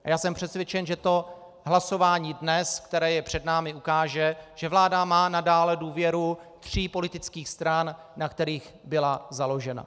A já jsem přesvědčen, že to hlasování dnes, které je před námi, ukáže, že vláda má nadále důvěru tří politických stran, na kterých byla založena.